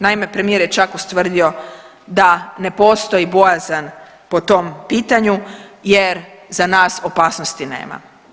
Naime, premijer je čak ustvrdio da ne postoji bojazan po tom pitanju jer za nas opasnosti nema.